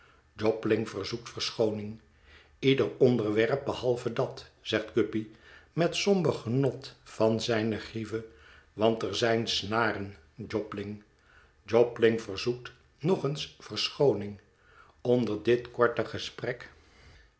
jobling verzoekt verschooning ieder onderwerp behalve dat zegt guppy met somber genot van zijne grieve want er zijn snaren jobling jobling verzoekt nog eens verschooning onder dit korte gesprek